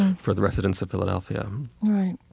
for the residents of philadelphia right.